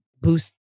boost